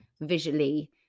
visually